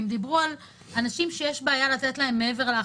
הם דיברו על אנשים שיש בעיה לתת להם מעבר להכנסה.